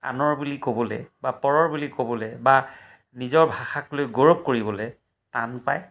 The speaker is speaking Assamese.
আনৰ বুলি ক'বলৈ বা পৰৰ বুলি ক'বলৈ বা নিজৰ ভাষাক লৈ গৌৰৱ কৰিবলৈ টান পায়